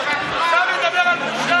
בושה, בושה, אתה מדבר על בושה?